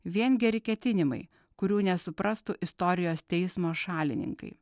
vien geri ketinimai kurių nesuprastų istorijos teismo šalininkai